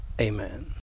Amen